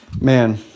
Man